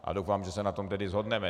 A doufám, že se na tom tedy shodneme.